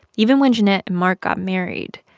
even when jennet and mark got married.